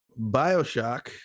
Bioshock